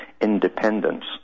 independence